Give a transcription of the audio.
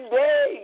day